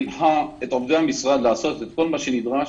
הנחה את עובדי המשרד לעשות את כל מה שנדרש